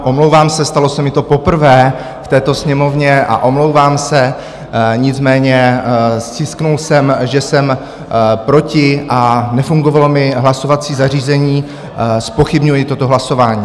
Omlouvám se, stalo se mi to poprvé v této Sněmovně a omlouvám se, nicméně stiskl jsem, že jsem proti, a nefungovalo mi hlasovací zařízení, zpochybňuji toto hlasování.